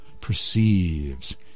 perceives